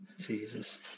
Jesus